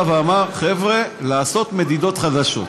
בג"ץ אמר: חבר'ה, לעשות מדידות חדשות.